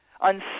on